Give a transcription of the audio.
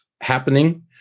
happening